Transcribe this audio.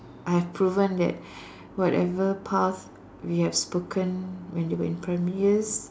I have proven that whatever path we have spoken when they were in primary years